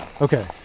okay